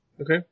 Okay